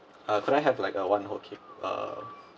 uh could I have like uh one whole cake uh